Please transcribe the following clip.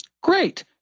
Great